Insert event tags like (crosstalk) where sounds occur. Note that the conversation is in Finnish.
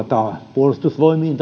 puolustusvoimiin (unintelligible)